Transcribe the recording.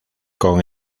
con